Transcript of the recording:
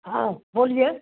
हाँ बोलिए